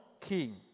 king